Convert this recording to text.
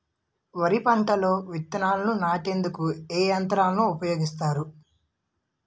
వరి పంటలో విత్తనాలు నాటేందుకు ఏ యంత్రాలు ఉపయోగిస్తారు?